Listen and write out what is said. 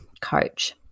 coach